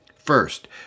First